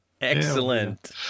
Excellent